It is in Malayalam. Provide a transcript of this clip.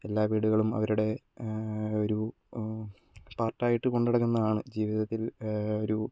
എല്ലാ വീടുകളും അവരുടെ ഒരു പാർട്ട് ആയിട്ട് കൊണ്ടുനടക്കുന്നതാണ് ജീവിതത്തിൽ ഒരു